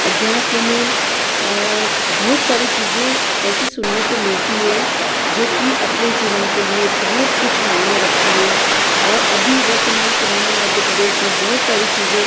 अध्यात्म में बहुत सारी चीजें ऐसी सुनने को मिलती है जो कि अपने जीवन के लिए बहुत कुछ मायने रखती है और अभी वर्तमान समय में मध्य प्रदेश में बहुत सारी चीजें